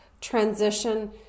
transition